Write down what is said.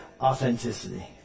authenticity